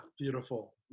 beautiful